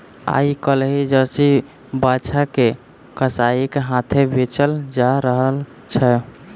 आइ काल्हि जर्सी बाछा के कसाइक हाथेँ बेचल जा रहल छै